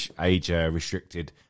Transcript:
age-restricted